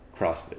CrossFit